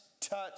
touch